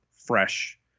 fresh